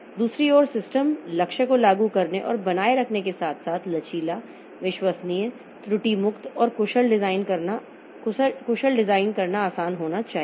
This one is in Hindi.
दूसरी ओर सिस्टम लक्ष्य को लागू करने और बनाए रखने के साथ साथ लचीला विश्वसनीय त्रुटि मुक्त और कुशल डिजाइन करना आसान होना चाहिए